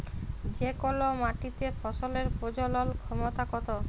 যে কল মাটিতে ফসলের প্রজলল ক্ষমতা কত